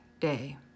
day